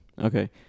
Okay